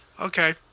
Okay